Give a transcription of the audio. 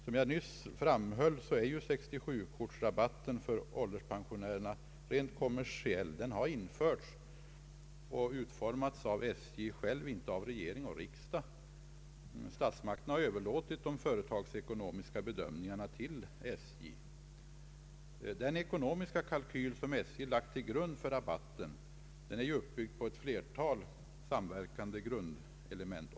Som jag nyss framhöll är 67-kortsrabatten för pensionärer rent kommersiell. Den har utformats av SJ och inte av regering och riksdag. Statsmakterna har överfört de ekonomiska bedömningarna till SJ. Den ekonomiska kalkyl som SJ lagt till grund för rabatten är uppbyggd på ett flertal samverkande element.